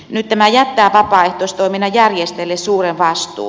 nyt tämä jättää vapaaehtoistoiminnan järjestäjille suuren vastuun